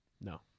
no